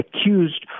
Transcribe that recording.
accused